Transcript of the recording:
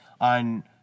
on